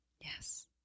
Yes